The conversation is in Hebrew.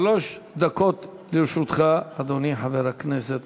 שלוש דקות לרשותך, אדוני חבר הכנסת